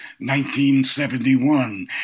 1971